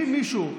אם מישהו,